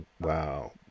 Wow